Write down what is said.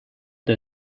did